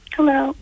Hello